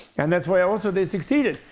and that's why also they succeeded.